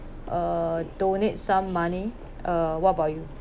uh donate some money uh what about you